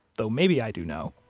though maybe i do know.